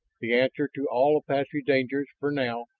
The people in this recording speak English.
the answer to all apache dangers, for now,